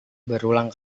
berulang